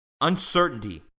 uncertainty